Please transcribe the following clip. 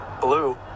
Blue